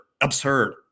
absurd